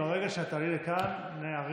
ברגע שאת תעלי לכאן נרים